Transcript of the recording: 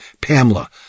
Pamela